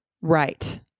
right